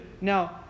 now